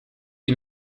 die